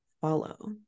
follow